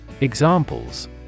Examples